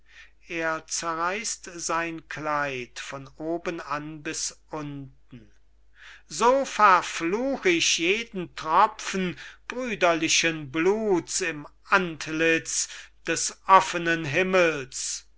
er zerreißt sein kleid von oben an bis unten so verfluch ich jeden tropfen brüderlichen bluts im antlitz des offenen himmels